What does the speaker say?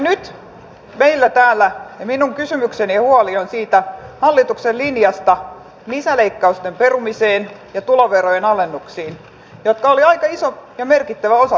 nyt minun kysymykseni ja huoli on siitä hallituksen linjasta lisäleikkausten perumisessa ja tuloverojen alennuksissa jotka olivat aika iso ja merkittävä osa tätä sopimusta